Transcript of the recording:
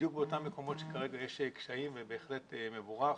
בדיוק באותם מקומות שכרגע יש קשיים ובהחלט זה מבורך.